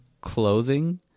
closing